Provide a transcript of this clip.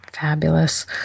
Fabulous